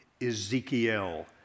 Ezekiel